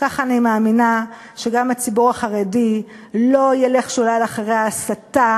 כך אני מאמינה שגם הציבור החרדי לא ילך שולל אחרי ההסתה